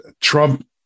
trump